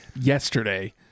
yesterday